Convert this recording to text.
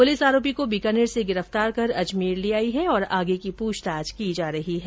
police आरोपी को बीकानेर से गिरफ्तार कर अजमेर ले आई है और आगे की पुछताछ की जा रही है